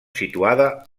situada